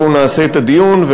בואו נעשה את הדיון,